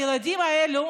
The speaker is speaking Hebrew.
הילדים האלה,